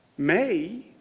may,